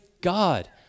God